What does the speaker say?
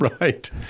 right